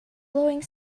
blowing